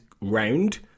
round